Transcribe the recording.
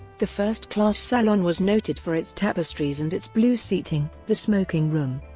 the first class salon was noted for its tapestries and its blue seating. the smoking room,